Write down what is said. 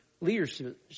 leadership